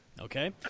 okay